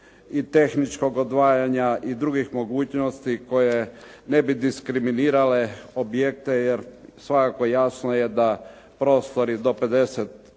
i tehničkog odvajanja i drugih mogućnosti koje ne bi diskriminirale objekte jer svakako jasno je da prostori do 50